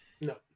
No